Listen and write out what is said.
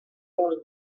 torn